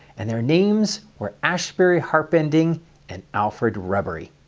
and their names were asbury harpending and alfred rubery.